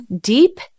deep